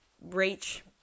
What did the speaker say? reach